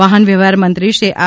વાહન વ્યવહાર મંત્રી શ્રી આર